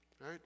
right